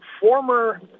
former